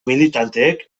militanteek